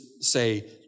say